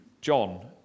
John